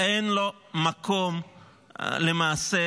אין לו מקום למעשה